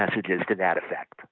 messages to that effect